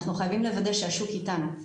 אנחנו חייבים לוודא שהשוק איתנו.